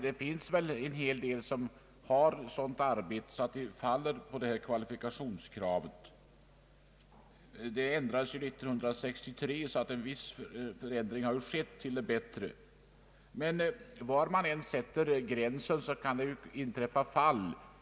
Det finns naturligtvis en hel del människor som har ett sådant arbete att deras semesterberäkningar stoppas av detta kvalifikationskrav. En viss förändring till det bättre infördes dock år 1963. Men var man än sätter gränsen kan det naturligtvis uppstå tveksamma fall.